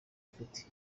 afite